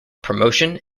promotion